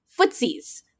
footsies